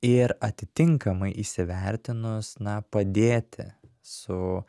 ir atitinkamai įsivertinus na padėti su